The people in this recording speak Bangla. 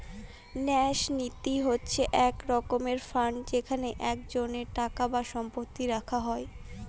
ন্যাস নীতি হচ্ছে এক রকমের ফান্ড যেখানে একজনের টাকা বা সম্পত্তি রাখা হয়